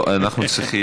לא, אנחנו צריכים,